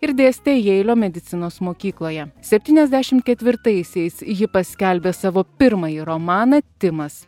ir dėstė jeilio medicinos mokykloje septyniasdešimt ketvirtaisiais ji paskelbė savo pirmąjį romaną timas